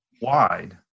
wide